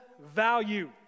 value